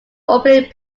opening